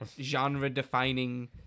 genre-defining